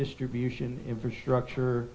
distribution infrastructure